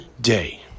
day